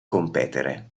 competere